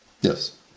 Yes